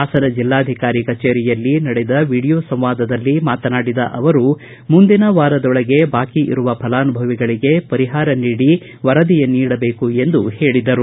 ಹಾಸನ ಜಿಲ್ಲಾಧಿಕಾರಿಗಳ ಕಚೇರಿಯಲ್ಲಿ ನಡೆದ ವಿಡಿಯೋ ಸಂವಾದದಲ್ಲಿ ಮಾತನಾಡಿದ ಅವರು ಮುಂದಿನ ವಾರದೊಳಗೆ ಬಾಕಿ ಇರುವ ಫಲಾನುಭವಿಗಳಿಗೆ ಪರಿಹಾರ ನೀಡಿ ವರದಿಯನ್ನು ನೀಡಬೇಕು ಎಂದು ಹೇಳಿದರು